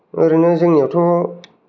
ओरैनो जोङो थ'